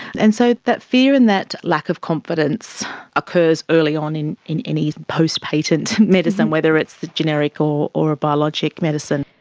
and so that fear and that lack of confidence occurs early on in in any post patent medicine, whether it's the generic or or a biologic medicine.